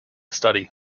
study